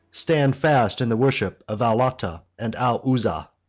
stand fast in the worship of al lata and al uzzah.